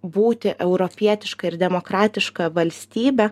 būti europietiška ir demokratiška valstybe